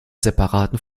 separaten